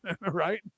Right